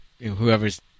whoever's